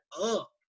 up